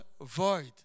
void